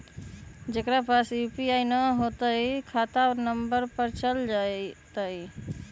जेकरा पास यू.पी.आई न है त खाता नं पर चल जाह ई?